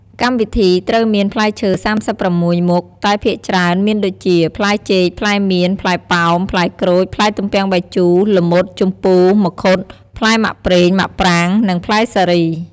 កម្មវិធីត្រូវមានផ្លែឈើ ៣៦មុខតែភាគច្រើនមានដូចជា ផ្លែចេក ផ្លែមៀន ផ្លែប៉ោម ផ្លែក្រូច ផ្លែទំពាងបាយជូរ ល្មុត ជំពូរ ម្ឃុត ផ្លែម៉ាក់ប៉្រេង ម៉ាក់ប្រាង និងផ្លែសារី ។